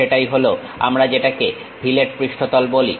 সেটাই হলো আমরা যেটাকে ফিলেট পৃষ্ঠতল বলি